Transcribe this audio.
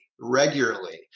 regularly